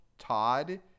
Todd